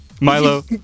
Milo